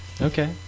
Okay